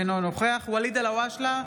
אינו נוכח ואליד אלהואשלה,